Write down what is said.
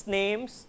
names